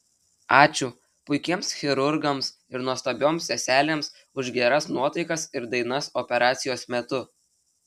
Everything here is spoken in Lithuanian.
ačiū puikiems chirurgams ir nuostabioms seselėms už geras nuotaikas ir dainas operacijos metu